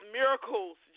miracles